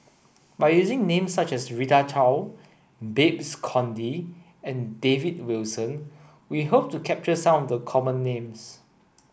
by using names such as Rita Chao Babes Conde and David Wilson we hope to capture some of the common names